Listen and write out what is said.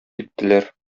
киттеләр